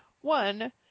one